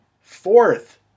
fourth